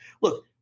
Look